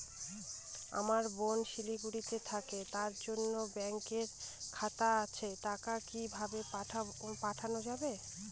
আমার বোন শিলিগুড়িতে থাকে তার এই ব্যঙকের খাতা আছে টাকা কি ভাবে পাঠানো যাবে?